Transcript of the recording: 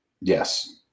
Yes